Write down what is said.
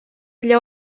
для